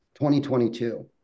2022